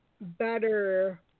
better